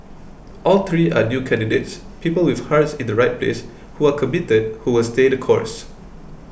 all three are new candidates people with hearts in the right place who are committed who will stay the course